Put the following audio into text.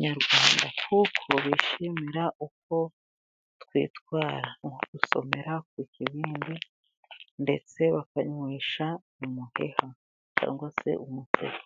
nyarwanda kuko bishimira uko twitwara mu nko gusomera ku kibindi ndetse bakanywesha umuheha cyangwa se umuceri.